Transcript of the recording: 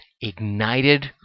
ignited